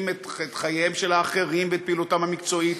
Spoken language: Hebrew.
את חייהם של האחרים ואת פעילותם המקצועית.